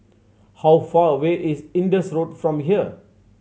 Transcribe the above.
how far away is Indus Road from here